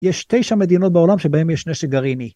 יש תשע מדינות בעולם, שבהן יש נשק גרעיני.